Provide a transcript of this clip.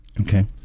Okay